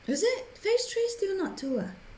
is it phase three still not to ah